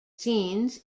scenes